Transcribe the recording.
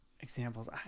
examples